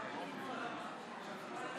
אם כך,